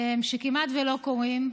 שכמעט לא קורים,